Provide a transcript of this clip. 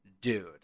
dude